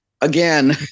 again